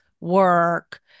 work